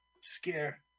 scare